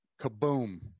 kaboom